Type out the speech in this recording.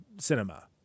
cinema